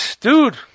Dude